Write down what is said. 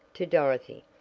to dorothy,